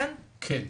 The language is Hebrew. כן.